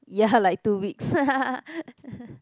ya like two weeks